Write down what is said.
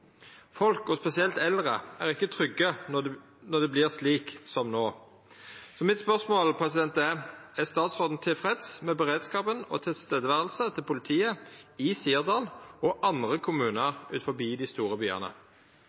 Folk og spesielt eldre er ikke trygge når det blir slik som nå». Er statsråden tilfreds med beredskapen og tilstedeværelsen til politiet i Sirdal og andre tettsteder utenfor de store byene?»